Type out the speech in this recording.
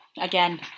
Again